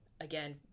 again